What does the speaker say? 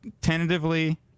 tentatively